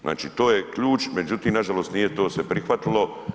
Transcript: Znači to je ključ međutim nažalost nije to se prihvatilo.